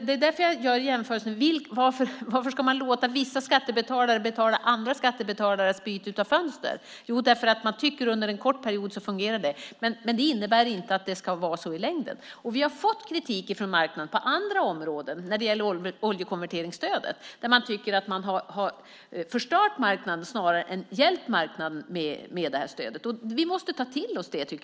Det är därför jag gör jämförelsen i fråga om varför man ska låta vissa skattebetalare betala andra skattebetalares byte av fönster - därför att under en kort period fungerar det. Men det innebär inte att det ska vara så i längden. Vi har fått kritik från marknaden på andra områden, till exempel när det gäller oljekonverteringsstödet. Man tycker att marknaden har förstörts snarare än hjälpts av stödet. Vi måste ta till oss det.